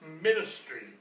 ministry